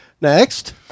Next